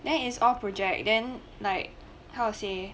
that is all project then like how to say